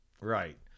Right